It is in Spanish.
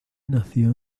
nació